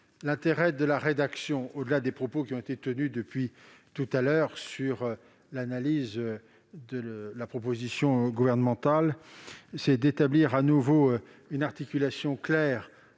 L'intérêt de la rédaction, au-delà des analyses qui ont été faites depuis tout à l'heure sur la proposition gouvernementale, c'est d'établir à nouveau une articulation claire